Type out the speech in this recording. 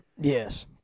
Yes